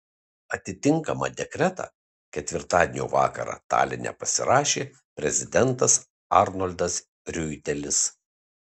atitinkamą dekretą ketvirtadienio vakarą taline pasirašė prezidentas arnoldas riuitelis